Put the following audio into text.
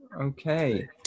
Okay